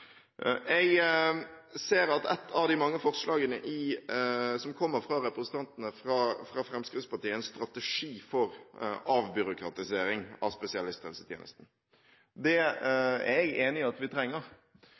Jeg ser at ett av de mange forslagene som kommer fra representantene fra Fremskrittspartiet, er en strategi for avbyråkratisering av spesialisthelsetjenesten. Det er jeg enig i at vi trenger.